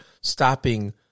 stopping